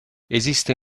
esiste